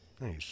Nice